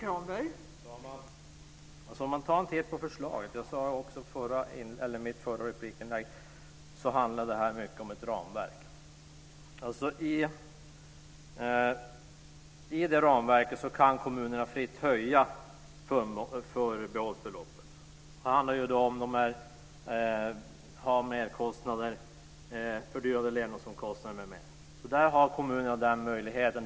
Fru talman! Om man tar en titt på förslaget ser man att det i mycket handlar om ett ramverk, som jag sade i min förra replik. I detta ramverk kan kommunerna fritt höja förbehållsbeloppet. Det handlar om merkostnader och fördyrade levnadsomkostnader m.m. Kommunerna har den möjligheten.